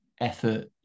effort